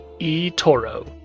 eToro